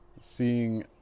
Seeing